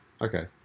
Okay